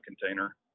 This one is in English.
container